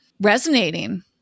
resonating